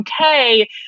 okay